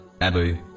Abu